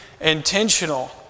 intentional